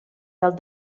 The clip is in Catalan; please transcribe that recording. del